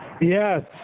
Yes